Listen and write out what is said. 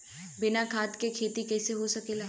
बिना खाद के खेती कइसे हो सकेला?